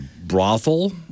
brothel